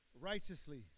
righteously